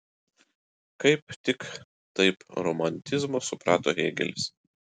kaip tik taip romantizmą suprato hėgelis